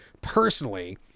personally